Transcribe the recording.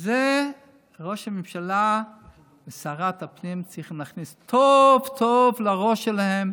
את זה ראש הממשלה ושרת הפנים צריכים להכניס טוב טוב לראש שלהם